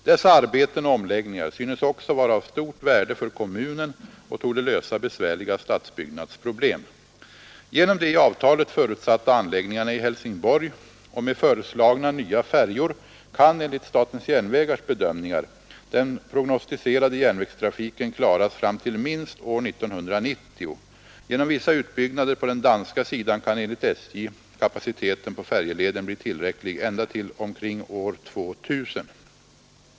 Dessa arbeten och omläggningar synes också vara av stort värde för kommunen och torde lösa besvärliga stadsbyggnadsproblem, Genom de i avtalet förutsatta anläggningarna i Helsingborg och med föreslagna nya färjor kan enligt SJ:s bedömningar den prognostiserade järnvägstrafiken klaras fram till minst år 1990. Genom vissa utbyggnader på den danska sidan kan enligt SJ kapaciteten på färjeleden bli tillräcklig ända till omkring år 2000.